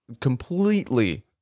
Completely